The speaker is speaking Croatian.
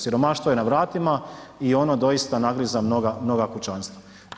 Siromaštvo je na vratima i ono doista nagriza mnoga kućanstva.